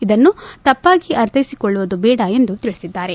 ಇದನ್ನು ತಪ್ಪಾಗಿ ಅರ್ಥೈಸಿಕೊಳ್ಳುವುದು ಬೇಡ ಎಂದು ತಿಳಿಸಿದ್ದಾರೆ